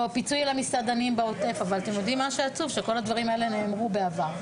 מה שעצוב זה שכל הדברים האלה נאמרו בעבר,